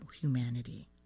humanity